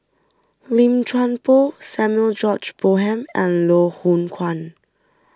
Lim Chuan Poh Samuel George Bonham and Loh Hoong Kwan